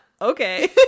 okay